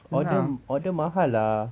order order mahal lah